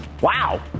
Wow